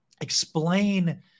explain